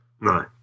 no